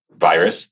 virus